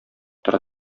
тора